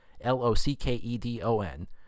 L-O-C-K-E-D-O-N